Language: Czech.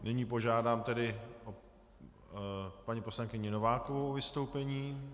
Nyní požádám paní poslankyni Novákovou o vystoupení.